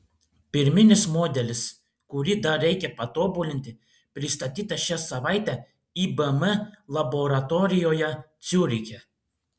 pirminis modelis kurį dar reikia patobulinti pristatytas šią savaitę ibm laboratorijoje ciuriche